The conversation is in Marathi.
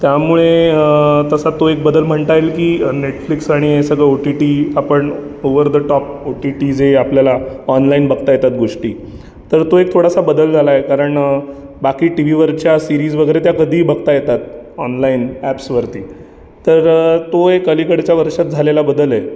त्यामुळे तसा तो एक बदल म्हणता येईल की नेटफ्लिक्स आणि हे सगळं ओ टी टी आपण over the top O T T जे आपल्याला ऑनलाइन बघता येतात गोष्टी तर तो एक थोडासा बदल झाला आहे कारण बाकी टीव्हीवरच्या सिरीज वगैरे त्या कधीही बघता येतात ऑनलाइन ॲप्सवरती तर तो एक अलीकडच्या वर्षात झालेला बदल आहे